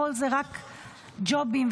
הכול ג'ובים,